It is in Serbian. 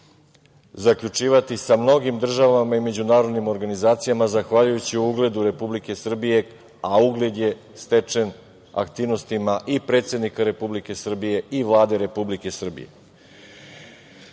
zaključivati sa mnogim državama i međunarodnim organizacijama zahvaljujući ugledu Republike Srbije, a ugled je stečen aktivnostima i predsednika Republike Srbije i Vlade Republike Srbije. Možda